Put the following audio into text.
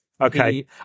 Okay